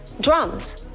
drums